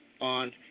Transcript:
on